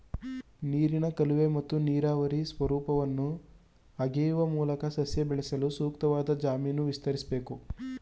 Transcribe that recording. ನೀರಿನ ಕಾಲುವೆ ಮತ್ತು ನೀರಾವರಿ ಸ್ವರೂಪವನ್ನು ಅಗೆಯುವ ಮೂಲಕ ಸಸ್ಯ ಬೆಳೆಸಲು ಸೂಕ್ತವಾದ ಜಮೀನು ವಿಸ್ತರಿಸ್ಬೇಕು